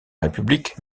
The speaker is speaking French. république